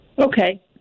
Okay